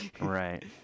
Right